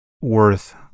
worth